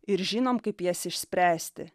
ir žinom kaip jas išspręsti